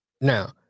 Now